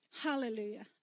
Hallelujah